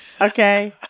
Okay